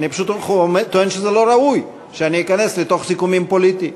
אני פשוט טוען שזה לא ראוי שאני אכנס לתוך סיכומים פוליטיים.